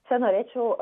čia norėčiau